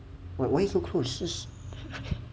why why you so close